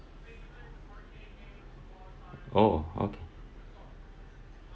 oh okay